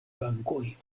bankoj